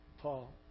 Paul